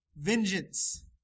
vengeance